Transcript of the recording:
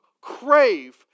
crave